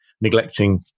neglecting